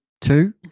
two